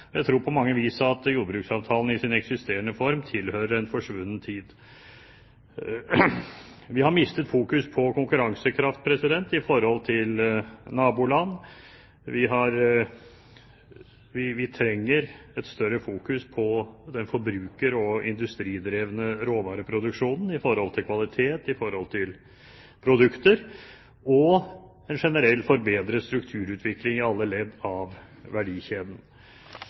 Jeg tror på mange vis at jordbruksavtalen i sin eksisterende form tilhører en svunnen tid. Vi har mistet fokus på konkurransekraft i forhold til naboland. Vi trenger en sterkere fokusering på den forbruker- og industridrevne råvareproduksjonen når det gjelder kvalitet og produkter, og en generelt forbedret strukturutvikling i alle ledd av verdikjeden.